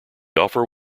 offer